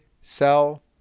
sell